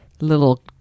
little